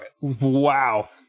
Wow